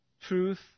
Truth